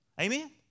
Amen